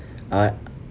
uh